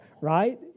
right